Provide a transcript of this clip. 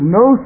no